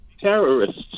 terrorists